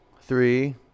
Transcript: Three